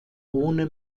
ohne